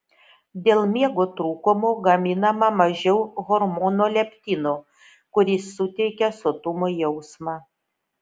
dėl miego trūkumo gaminama mažiau hormono leptino kuris suteikia sotumo jausmą